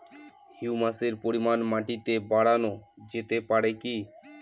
হিউমাসের পরিমান মাটিতে বারানো যেতে পারে কি?